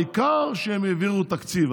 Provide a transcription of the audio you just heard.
העיקר שהם העבירו תקציב.